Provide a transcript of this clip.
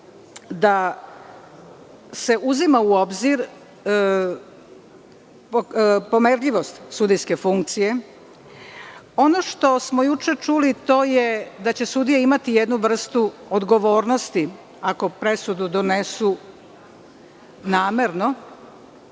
što se uzima u obzir pomerljivost sudijske funkcije. Ono što smo juče čuli, to je da će sudije imati jednu vrstu odgovornosti ako presudu donesu namerno,